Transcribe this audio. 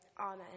Amen